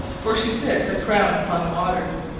for she sits a crown upon the waters.